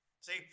See